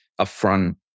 upfront